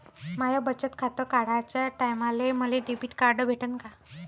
माय बचत खातं काढाच्या टायमाले मले डेबिट कार्ड भेटन का?